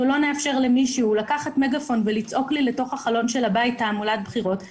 והם אומרים ביושר: זה תוכן שאני בסדנת תעמולת הבחירות שלי כמתמודד,